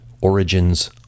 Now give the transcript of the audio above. origins